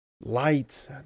Lights